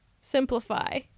Simplify